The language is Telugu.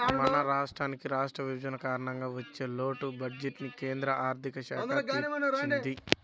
మన రాష్ట్రానికి రాష్ట్ర విభజన కారణంగా వచ్చిన లోటు బడ్జెట్టుని కేంద్ర ఆర్ధిక శాఖ తీర్చింది